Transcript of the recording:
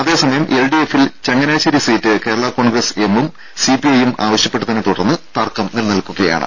അതേസമയം L D എഫിൽ Changanassery seat Kerala Congress എമ്മും സി പി ഐ യുംആവശ്യപ്പെട്ടതിനെ തുടർന്ന് തർക്കം നിലനിൽക്കുകയാണ്